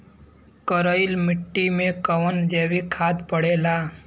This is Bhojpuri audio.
करइल मिट्टी में कवन जैविक खाद पड़ेला?